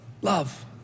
Love